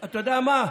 אתה יודע מה?